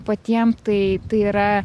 patiem tai tai yra